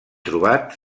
trobat